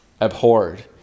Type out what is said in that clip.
abhorred